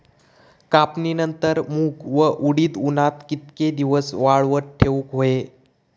कापणीनंतर मूग व उडीद उन्हात कितके दिवस वाळवत ठेवूक व्हये?